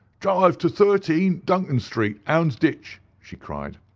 drive to thirteen, duncan street, houndsditch she cried.